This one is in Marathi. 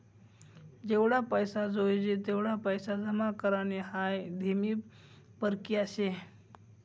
जेवढा पैसा जोयजे तेवढा पैसा जमा करानी हाई धीमी परकिया शे